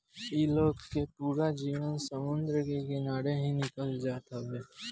इ लोग के पूरा जीवन समुंदर के किनारे ही निकल जात हवे